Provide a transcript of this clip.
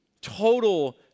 total